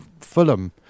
Fulham